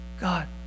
God